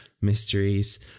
mysteries